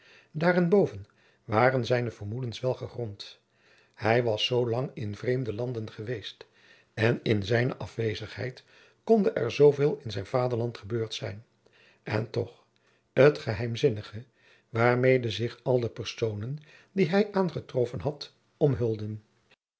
daarenboven waren zijne vermoedens wel gegrond hij was zoo lang in vreemde landen geweest en in zijne afwezigheid konde er zooveel in zijn vaderland gebeurd zijn en toch het geheimzinnige waarmede zich al de persoonen die hij aangetroffen had